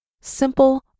Simple